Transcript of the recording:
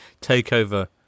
takeover